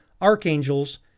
archangels